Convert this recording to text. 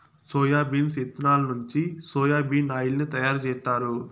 soybeans ఇత్తనాల నుంచి soya bean oil ను తయారు జేత్తారు